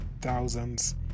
thousands